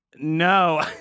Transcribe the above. No